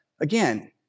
again